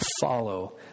follow